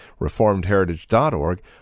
reformedheritage.org